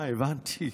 הבנתי.